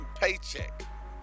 paycheck